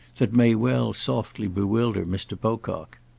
that may well softly bewilder mr. pocock.